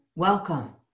Welcome